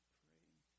praying